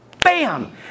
Bam